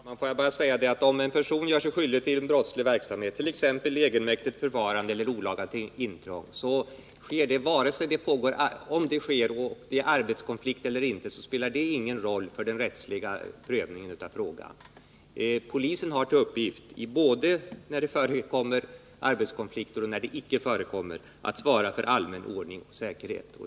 Herr talman! Om en person gör sig skyldig till brottslig verksamhet, t.ex. egenmäktigt förfarande eller olaga intrång, så sker ett ingripande oberoende av om det är arbetskonflikt eller inte; det spelar ingen roll för den rättsliga prövningen av frågan. Polisen har till uppgift, både när det förekommer arbetskonflikter och när det inte förekommer sådana, att svara för allmän ordning och säkerhet.